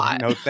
No